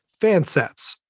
fansets